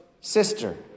sister